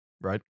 right